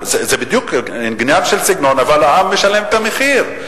זה בדיוק עניין של סגנון, אבל העם משלם את המחיר.